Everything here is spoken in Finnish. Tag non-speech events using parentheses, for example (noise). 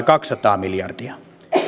(unintelligible) kaksisataa miljardia